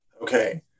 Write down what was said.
okay